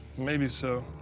maybe so.